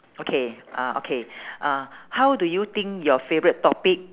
okay ah okay uh how do you think your favourite topic